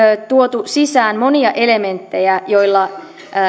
tuotu sisään monia elementtejä joilla